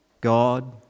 God